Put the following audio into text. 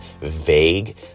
vague